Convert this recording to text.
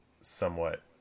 somewhat